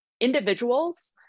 Individuals